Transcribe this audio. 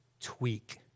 tweak